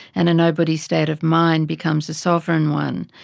and a nobody state of mind becomes a sovereign one.